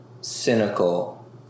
cynical